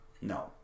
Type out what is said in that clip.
No